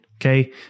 okay